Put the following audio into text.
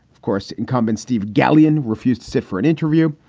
of course, incumbent steve gallion refused to sit for an interview.